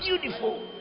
beautiful